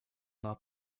not